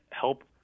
help